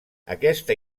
aquesta